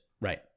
Right